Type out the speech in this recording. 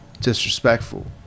disrespectful